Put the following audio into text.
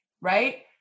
Right